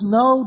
no